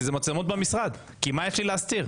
זה מצלמה במשרד כי מה יש לי כבר להסתיר.